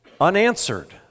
unanswered